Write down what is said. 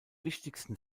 wichtigsten